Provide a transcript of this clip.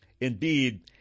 Indeed